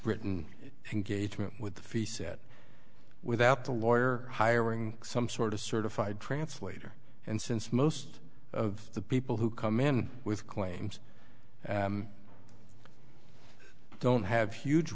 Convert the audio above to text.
engagement with the fee set without the lawyer hiring some sort of certified translator and since most of the people who come in with claims and don't have huge